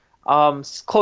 Close